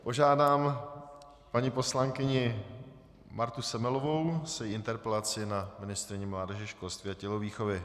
Požádám paní poslankyni Martu Semelovou s interpelací na ministryni mládeže, školství a tělovýchovy.